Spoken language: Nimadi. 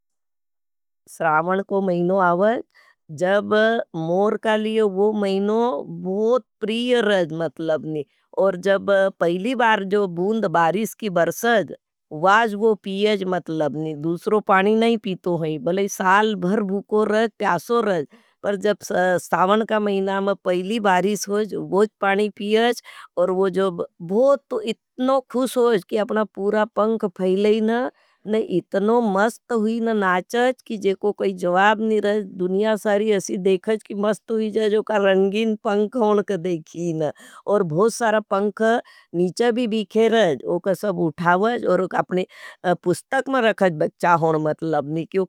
स्रावन को महीनो आवज, जब मोर कालिये वो महीनो बहुत प्रीय रज मतलब नहीं। और जब पहली बार जो बूंद बारिष की बरसज, वाज वो पीयज मतलब नहीं। दूसरो पानी नहीं पियतो है भलाई साल भर भूखों रहज प्यासो रहज। पर जब सावन के महीना मा पहली बारिश होज वो पानी पियज। और वो जब बहुत इतनों खुस होज अपना पूरा पंख फैलाई न, इतनो मस्त हुई न नाचज। कि जे को कोई जवाब निरज, दुनिया सारी असी देखज की मस्त हुई जज, उका रंगीन पंख होनक देखी न। और बहुत सारा पंख नीचे भी बीखे रह, उका सब उठावज, उका अपने पुस्तक में रखज बच्चा होन मतलब नहीं।